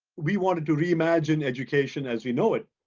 we wanted to reimagine education as we know it.